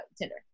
Tinder